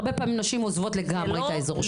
הרבה פעמים נשים עוזבות לגמרי את האזור שלהן.